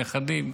נכדים,